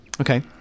Okay